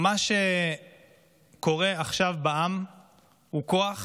מה שקורה עכשיו בעם הוא כוח